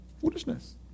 foolishness